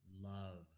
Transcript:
love